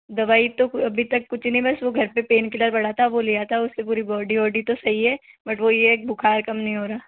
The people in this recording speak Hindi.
दवाई तो अभी तक कुछ नहीं बस वो घर पर पेनकिलर पड़ा था वो लिया था उससे पूरी बॉडी वॉडी तो सही है बट वो यह एक बुखार कम नहीं हो रहा